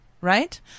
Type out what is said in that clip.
right